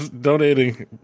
donating